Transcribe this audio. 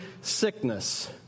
sickness